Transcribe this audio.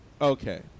Okay